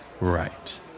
Right